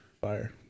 fire